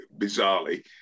bizarrely